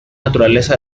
naturaleza